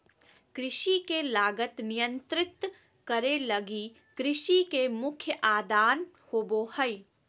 कृषि के लागत नियंत्रित करे लगी कृषि के मुख्य आदान होबो हइ